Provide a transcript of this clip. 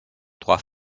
trois